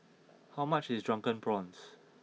how much is Drunken Prawns